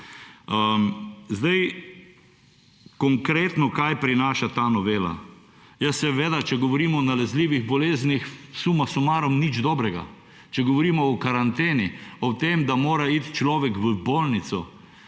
Zdaj, konkretno, kaj prinaša ta novela? Ja seveda, če govorimo o nalezljivih boleznih, suma sumarum nič dobrega. Če govorimo o karanteni, o tem, da mora iti človek v bolnico